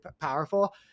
powerful